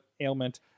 ailment